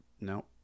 no